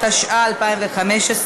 התשע"ה 2015,